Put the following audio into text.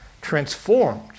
transformed